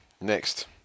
Next